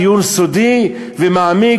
דיון סודי ומעמיק,